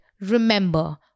remember –